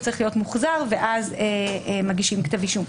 הוא צריך להיות מוחזר ואז מגישים כתב אישום.